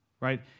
right